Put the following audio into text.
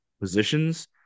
positions